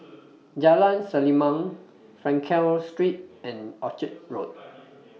Jalan Selimang Frankel Street and Orchard Road